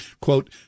Quote